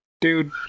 dude